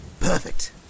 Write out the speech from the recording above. Perfect